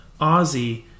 Ozzy